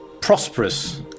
prosperous